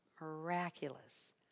miraculous